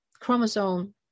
chromosome